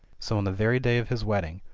so, on the very day of his wedding,